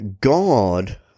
God